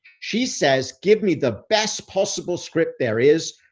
she says, give me the best possible script there is,